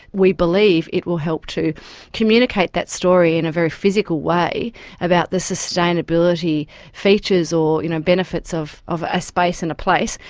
we believe it will help to communicate that story in a very physical way about the sustainability features or you know benefits of of a space and a place,